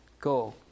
go